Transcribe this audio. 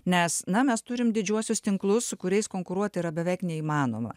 nes na mes turim didžiuosius tinklus su kuriais konkuruoti yra beveik neįmanoma